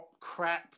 crap